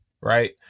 right